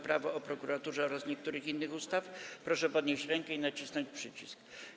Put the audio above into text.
Prawo o prokuraturze oraz niektórych innych ustaw, proszę podnieść rękę i nacisnąć przycisk.